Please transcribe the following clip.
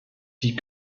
die